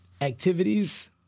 activities